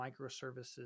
microservices